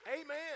Amen